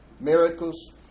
miracles